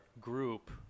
group